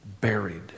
buried